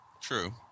true